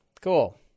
Cool